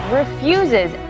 refuses